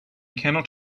cannot